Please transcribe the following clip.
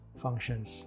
functions